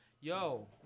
yo